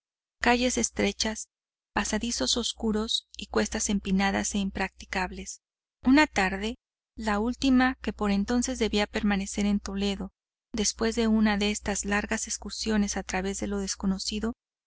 calles estrechas pasadizos oscuros y cuestas empinadas e impracticables una tarde la última que por entonces debía permanecer en toledo después de una de estas largas excursiones a través de lo desconocido